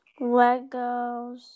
Legos